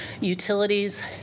Utilities